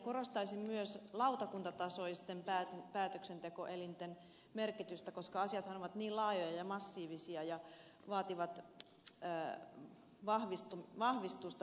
korostaisin myös lautakuntatasoisten päätöksentekoelinten merkitystä koska asiathan ovat niin laajoja ja massiivisia ja vaativat vahvistusta päätöksenteossa